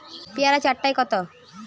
পেয়ারা চার টায় কত?